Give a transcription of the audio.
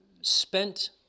spent